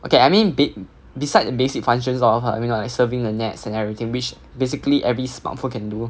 okay I mean be besides basic functions lor I mean like surfing the net and everything which basically every smartphones can do